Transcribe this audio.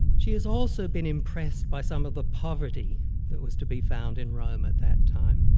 she has also been impressed by some of the poverty that was to be found in rome at that time.